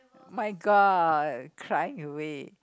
my god crying away